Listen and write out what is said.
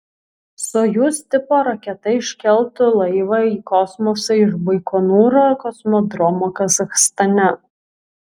sojuz tipo raketa iškeltų laivą į kosmosą iš baikonūro kosmodromo kazachstane